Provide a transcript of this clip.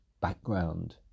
background